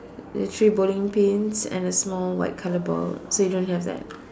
the three bowling pins and the small white color ball so you don't have that